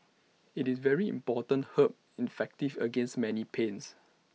IT is very important herb effective against many pains